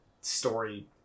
story